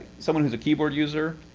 someone who's a keyboard user,